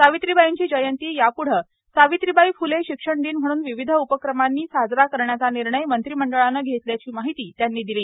सावित्रीबाईंची जयंती याप्ढे सावित्रीबाई फ्ले शिक्षण दिन म्हणून विविध उपक्रमांनी साजरा करायचा निर्णय मंत्रिमंडळानं घेतल्याची माहिती म्ख्यमंत्र्यांनी दिली